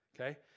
okay